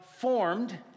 Formed